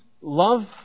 love